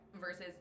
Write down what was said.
versus